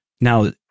Now